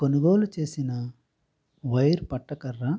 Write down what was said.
కొనుగోలు చేసిన వైర్ పట్టకర్ర